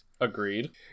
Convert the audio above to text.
agreed